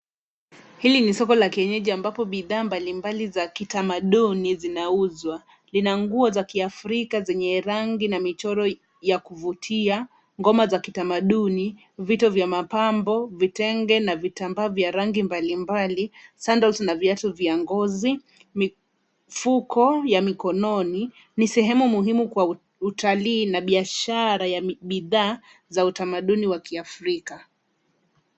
Hili ni soko la kienyeji ambapo bidhaa mbalimbali za kitamaduni zinauzwa. Ina nguo za kiafrika zenye rangi na michoro ya kuvutia, ngoma za kitamaduni, vito vya mapambo, vitenge na vitambaa vya rangi mbalimbali, sandals na viatu vya ngozi, mifuko ya mikononi. Ni sehemu muhimu kwa utalii na biashara ya bidhaa za utamaduni wa kiafrika.